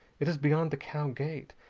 it is beyond the cow gate,